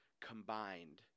combined